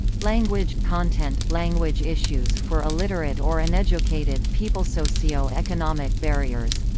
language content language issues for illiterate or uneducated peoplesocio-economic barriers